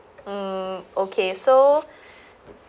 mm okay so